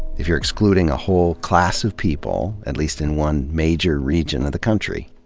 if you're excluding a whole class of people, at least in one major region of the country.